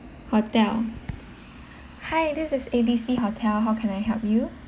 hotel hi this is A B C hotel how can I help you